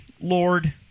Lord